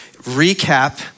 recap